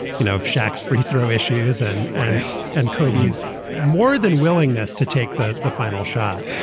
you know, if shaq's free-throw issues and race and kobe's more than willingness to take the the final shot.